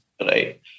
right